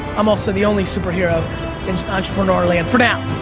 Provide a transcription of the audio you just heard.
i'm also the only superhero in entrepreneur land. for now.